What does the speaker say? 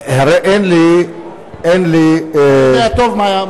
הרי אין לי אתה יודע טוב מה היה,